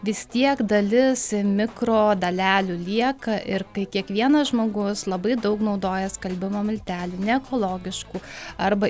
vis tiek dalis mikrodalelių lieka ir kai kiekvienas žmogus labai daug naudoja skalbimo miltelių neekologiškų arba